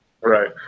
Right